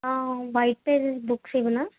white pages books ఇవ్వనా